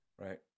Right